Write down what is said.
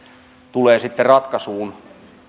tulevat sitten ratkaisuun